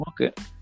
Okay